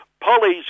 Polly's